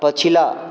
पछिला